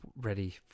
ready